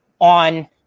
on